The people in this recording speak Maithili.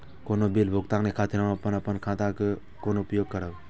कोनो बील भुगतान के खातिर हम आपन खाता के कोना उपयोग करबै?